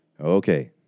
Okay